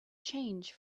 change